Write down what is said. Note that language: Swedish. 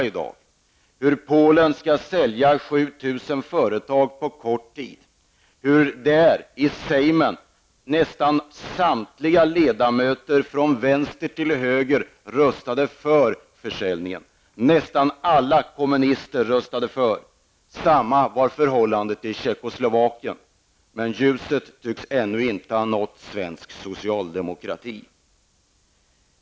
I Polen skall staten sälja 7 000 företag på mycket kort tid. Nästan samtliga ledamöter i Sejm röstade för försäljningen. Detsamma var fallet i Tjeckoslovakien. Men ljuset tycks ännu inte ha nått svensk socialdemokrati.